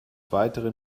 weiteren